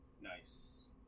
Nice